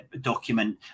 document